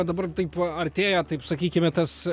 o dabar tai buvo artėja taip sakykime tas